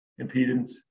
impedance